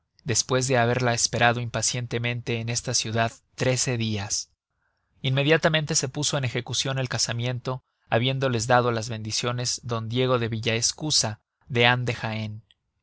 despues de haberla esperado impaciente en esta ciudad trece dias inmediatamente se puso en ejecucion el casamiento habiéndoles dado las bendiciones d diego de villaescusa dean de jaen